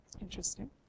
interesting